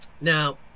now